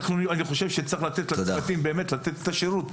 אני חושב שצריך לתת את השירות לצוותים.